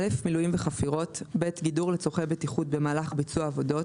(א)מילויים וחפירות ; (ב)גידור לצרכי בטיחות במהלך ביצוע העבודות,